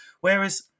Whereas